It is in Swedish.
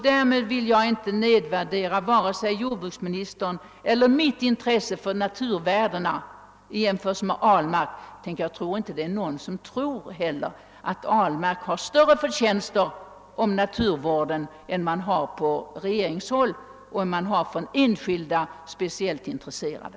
— Därmed nedvärderar jag varken jordbruksministerns eller mitt eget intresse för naturvärdena i jämförelse med herr Ahlmarks. Tänk — jag tror inte heller det är någon annan som anser att herr Ahlmark har större förtjänster om naturvården än man har på regeringshåll och hos andra enskilda speciellt intresserade.